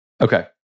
Okay